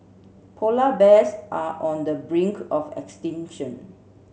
polar bears are on the brink of extinction